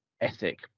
ethic